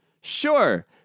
Sure